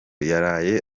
yaraye